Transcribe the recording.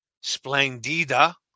Splendida